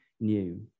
new